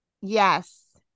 Yes